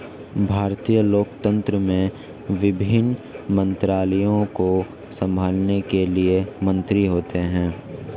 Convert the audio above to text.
भारतीय लोकतंत्र में विभिन्न मंत्रालयों को संभालने के लिए मंत्री होते हैं